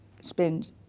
spend